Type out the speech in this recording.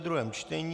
druhé čtení